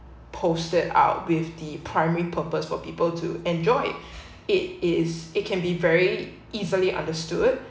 posted out with the primary purpose for people to enjoy it it is it can be very easily understood